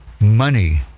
money